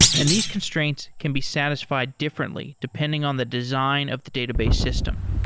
and these constraints can be satisfied differently depending on the design of the database system.